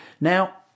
Now